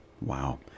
wow